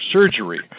surgery